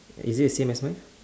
is it the same as mine